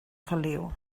feliu